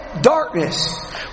darkness